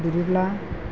बिदिब्ला